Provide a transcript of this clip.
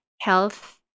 health